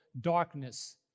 Darkness